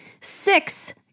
Six